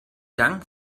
dank